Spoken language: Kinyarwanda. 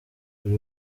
buri